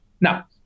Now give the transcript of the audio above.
Now